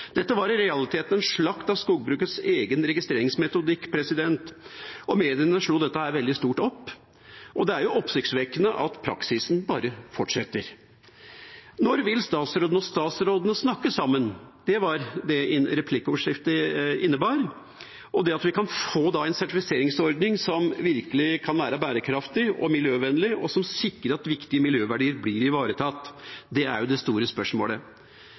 Dette var i realiteten en slakt av skogbrukets egen registreringsmetodikk. Mediene slo det veldig stort opp, og det er oppsiktsvekkende at praksisen bare fortsetter. Når vil statsrådene snakke sammen? Det var det replikkordskiftet innebar. Når kan vi få en sertifiseringsordning som virkelig er bærekraftig og miljøvennlig og sikrer at viktige miljøverdier blir ivaretatt? Det er det store spørsmålet.